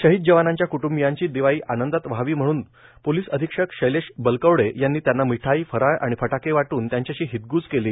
शहीद जवानांच्या क्ट्ंबीयांची दिवाळी आनंदात व्हावी म्हणून पोलिस अधीक्षक शैलेश बलकवडे यांनी त्यांना मिठाई फराळ आणि फटाके वाटून त्यांच्याशी हितगूज केली